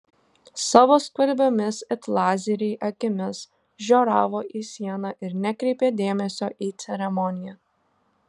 savo skvarbiomis it lazeriai akimis žioravo į sieną ir nekreipė dėmesio į ceremoniją